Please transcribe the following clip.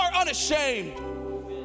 unashamed